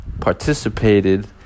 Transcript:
participated